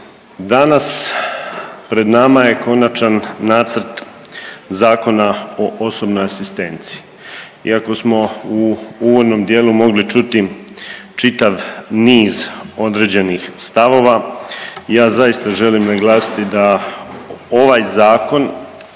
danas pred nama je Konačan nacrt Zakona o osobnoj asistenciji. Iako smo u uvodnom dijelu mogli čuti čitav niz određenih stavova ja zaista želim naglasiti da ovaj zakon